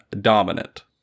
dominant